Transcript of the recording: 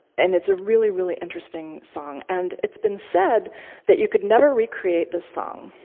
and it's a really, really interesting song. and it's been said that you could never recreate the song.